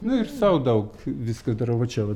nu ir sau daug viską darau va čia vat